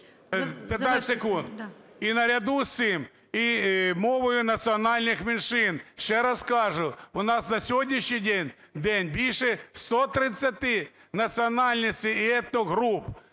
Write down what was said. В.І. І на ряду із цим і мовою національних меншин, ще раз кажу, у нас на сьогоднішній день більше 130 національностей і етногруп,